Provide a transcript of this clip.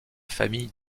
famille